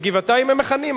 בגבעתיים הם מכנים,